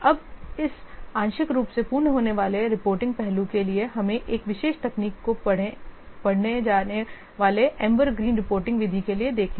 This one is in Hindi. अब इस आंशिक रूप से पूर्ण होने वाले रिपोर्टिंग पहलू के लिए हमें एक विशेष तकनीक को पढ़े जाने वाले एम्बर ग्रीन रिपोर्टिंग विधि के लिए देखें